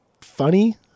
funny